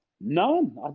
None